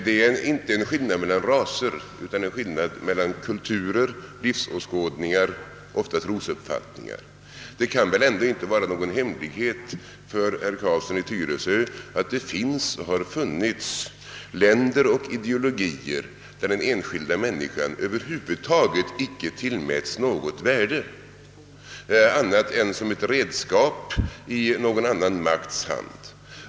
Det är inte fråga om en skillnad mellan raser utan om en skillnad mellan kulturer, livsåskådningar och ofta trosuppfattningar. Det kan inte vara någon hemlighet för herr Carlsson i Tyresö att det finns och har funnits länder och ideologier, i vilka den enskilda människan över huvud taget icke tillmäts något värde annat än som ett redskap i någon annan makts hand.